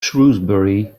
shrewsbury